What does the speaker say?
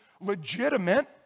legitimate